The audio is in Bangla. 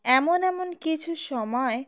এমন এমন কিছু সময়ে